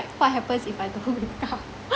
what happens if I don't wake up